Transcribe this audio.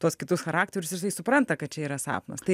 tuos kitus charakterius ir jisai supranta kad čia yra sapnas tai